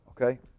okay